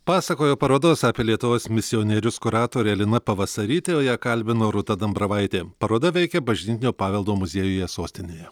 pasakojo parodos apie lietuvos misionierius kuratorė alina pavasarytė o ją kalbino rūta dambravaitė paroda veikia bažnytinio paveldo muziejuje sostinėje